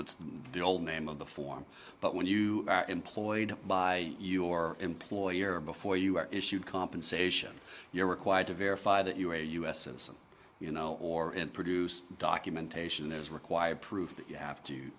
that's the old name of the form but when you are employed by your employer before you are issued compensation you're required to verify that you are a u s citizen you know or and produce documentation as required proof that you have to